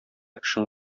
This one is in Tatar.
эшең